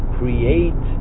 create